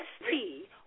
ST